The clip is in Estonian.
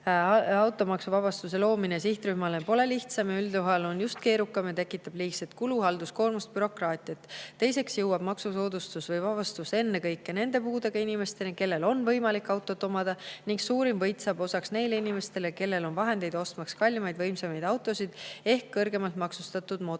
automaksuvabastuse loomine sihtrühmale pole lihtsam. Üldjuhul on see just keerukam ja tekitab liigset kulu, halduskoormust, bürokraatiat. Teiseks jõuab maksusoodustus või -vabastus ennekõike nende puudega inimesteni, kellel on võimalik autot omada, ning suurim võit saab osaks neile inimestele, kellel on vahendeid, ostmaks kallimaid ja võimsamaid autosid ehk kõrgemalt maksustatud mootorsõidukeid.